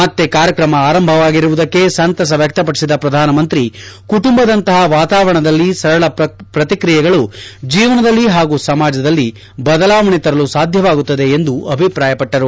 ಮತ್ತೆ ಕಾರ್ಯಕ್ರಮ ಆರಂಭವಾಗಿರುವುದಕ್ಕೆ ಸಂತಸ ವ್ಯಕ್ತಪಡಿಸಿದ ಪ್ರಧಾನಮಂತ್ರಿ ಕುಟುಂಬದಂತಪ ವಾತಾವರಣದಲ್ಲಿ ಸರಳ ಪ್ರತಿಕ್ರಿಯೆಗಳು ಜೀವನದಲ್ಲಿ ಹಾಗೂ ಸಮಾಜದಲ್ಲಿ ಬದಲಾವಣೆ ತರಲು ಸಾಧ್ಯವಾಗುತ್ತದೆ ಎಂದು ಅಭಿಪ್ರಾಯಪಟ್ಟರು